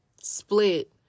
split